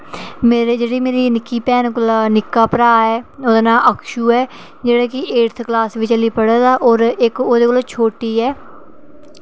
मेरी जेह्ड़ी मेरी निक्की भैन कोला निक्का भ्राऽ ऐ ओह्दा नांऽ अक्षु ऐ जेह्ड़ा कि एटथ क्लॉस बिच हल्ली पढ़ा दा ते इक्क ओह्दे कोला छोटी ऐ